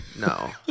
No